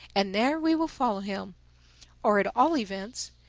and there we will follow him or at all events,